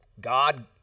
God